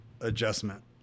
adjustment